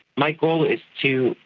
my goal is to,